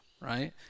right